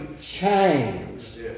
changed